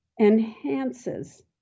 enhances